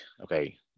okay